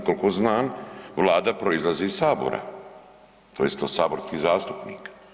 Koliko znam, Vlada proizlazi iz Sabora, tj. od saborskih zastupnika.